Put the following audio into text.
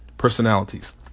personalities